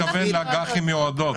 אתה מתכוון לאג"חים מיועדות.